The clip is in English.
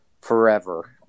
forever